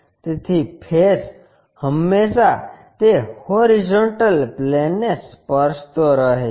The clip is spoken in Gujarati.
તેથી ફેસ હંમેશા તે હોરીઝોન્ટલ પ્લેનને સ્પર્શતો રહે છે